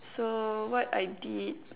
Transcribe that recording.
so what I did